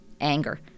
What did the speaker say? anger